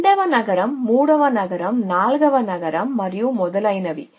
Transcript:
రెండవ నగరం మూడవ నగరం నాల్గవ నగరం మరియు మొదలైనవి